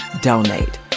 donate